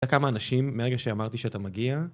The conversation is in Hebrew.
כמה אנשים מהרגע שאמרתי שאתה מגיע